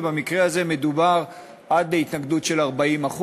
ובמקרה הזה מדובר עד להתנגדות של 40%,